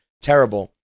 terrible